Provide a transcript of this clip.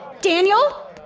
Daniel